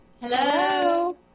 Hello